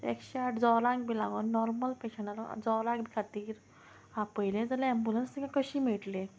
एकशे आठ जोरांक बी लागोन नॉर्मल पेशंटांक लागून जोरांक बी खातीर आपयलें जाल्यार एम्बुलंस तांकां कशी मेळटली